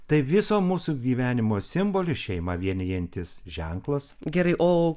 tai viso mūsų gyvenimo simbolis šeimą vienijantis ženklas